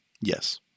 Yes